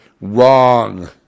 Wrong